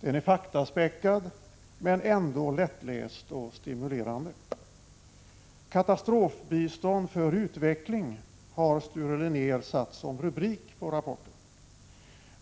Den är faktaspäckad men ändå lättläst och stimulerande. ”Katastrofbistånd för utveckling” har Sture Linnér satt som rubrik på sin rapport.